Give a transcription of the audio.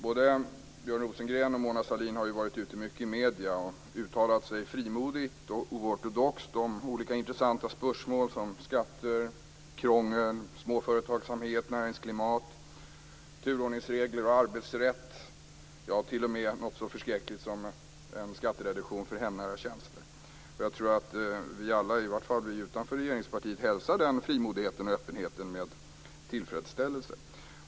Både Björn Rosengren och Mona Sahlin har ju varit ute mycket i medierna. De har uttalat sig frimodigt och oortodoxt om olika intressanta spörsmål som skatter, krångel, småföretagsamhet, näringsklimat, turordningsregler och arbetsrätt - ja, t.o.m. något så förskräckligt som en skattereduktion för hemnära tjänster. Jag tror att vi alla, i varje fall vi utanför regeringspartiet, hälsar den frimodigheten och öppenheten med tillfredsställelse.